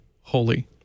holy